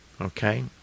Okay